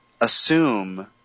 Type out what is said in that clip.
Assume